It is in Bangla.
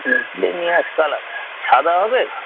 জিনিয়া ছাড়া সাদা হবে